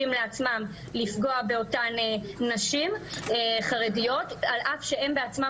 לעצמם לפגוע באותן נשים חרדיות על אף שהם בעצמם,